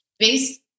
Based